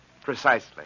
Precisely